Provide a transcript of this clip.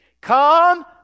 come